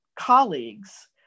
colleagues